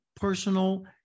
personal